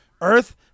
Earth